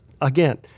again